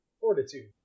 Fortitude